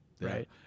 right